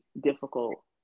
difficult